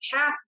half